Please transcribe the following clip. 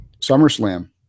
SummerSlam